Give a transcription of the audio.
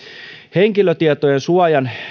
henkilötietojen suojan